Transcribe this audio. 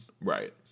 Right